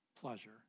pleasure